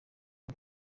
k’u